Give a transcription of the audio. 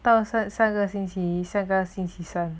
到了下个星期下个星期三